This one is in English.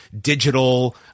digital